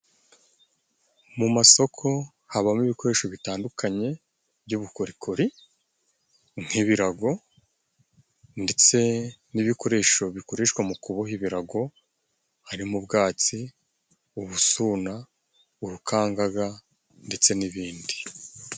Mu masoko habamo ibikoresho bitandukanye by'ubukorikori nk'ibirago ndetse n'ibikoresho bikoreshwa mu kuboha ibirago harimo ubwatsi, ubusuna, urukangaga ndetse n'ibindi.